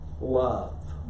love